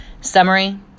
Summary